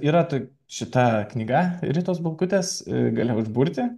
yra tai šita knyga ritos balkutės gali užburti